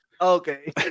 Okay